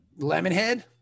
Lemonhead